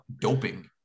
doping